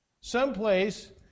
Someplace